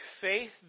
faith